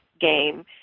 game